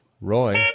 Roy